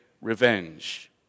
revenge